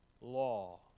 law